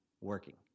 working